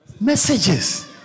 messages